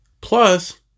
plus